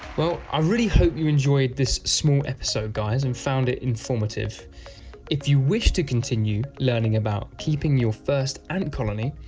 i really hope you enjoyed this small episode guys and found it informative if you wish to continue learning about keeping your first ant colony,